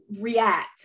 react